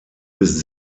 bis